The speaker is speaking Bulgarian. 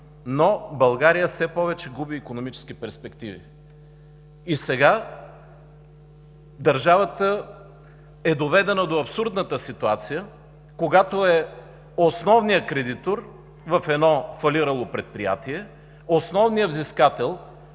но България все повече губи икономически перспективи. И сега държавата е доведена до абсурдната ситуация, когато е основният кредитор в едно фалирало предприятие, основният взискател,